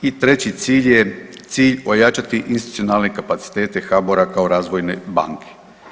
I treći cilj je cilj ojačati institucionalne kapacitete HBOR-a kao razvojne banke.